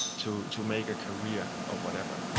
to to make a career of whatever.